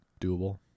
doable